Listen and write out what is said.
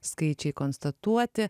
skaičiai konstatuoti